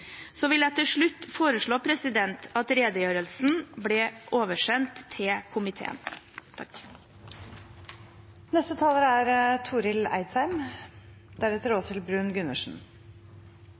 Jeg vil til slutt foreslå at redegjørelsen blir oversendt komiteen.